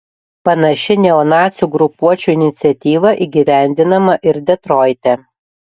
panaši neonacių grupuočių iniciatyva įgyvendinama ir detroite